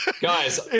Guys